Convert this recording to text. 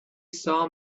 saw